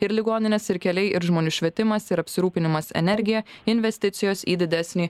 ir ligonines ir keliai ir žmonių švietimas ir apsirūpinimas energija investicijos į didesnį